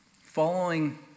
following